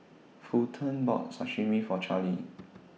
Fulton bought Sashimi For Charlie